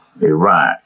Iraq